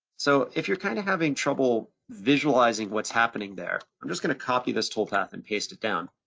so if you're kinda having trouble visualizing what's happening there, i'm just gonna copy this toolpath and paste it down.